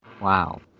Wow